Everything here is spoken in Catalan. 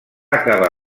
acabar